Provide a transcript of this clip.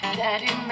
daddy